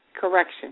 correction